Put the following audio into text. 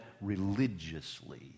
religiously